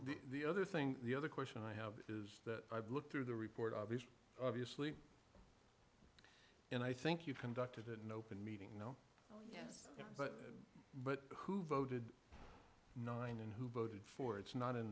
h the other thing the other question i have is that i've looked through the report obviously obviously and i think you conducted an open meeting no but who voted nine and who voted for it's not in